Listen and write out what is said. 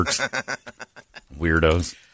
Weirdos